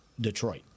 Detroit